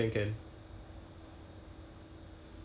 oh sorry sorry I think your internet connection problem